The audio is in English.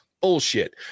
Bullshit